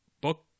book